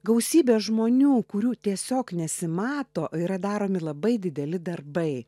gausybė žmonių kurių tiesiog nesimato yra daromi labai dideli darbai